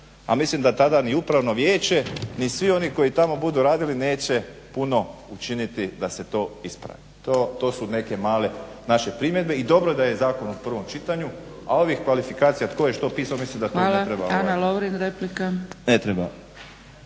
A mislim da tada ni upravno vijeće ni svi oni koji tamo budu radili neće puno učiniti da se to ispravi. To su neke male naše primjedbe i dobro da je zakon u prvom čitanju a ovih kvalifikacija tko je što pisao mislim da tu ne treba. **Zgrebec, Dragica (SDP)** Hvala.